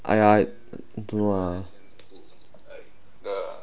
!aiya! I don't know lah